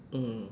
mm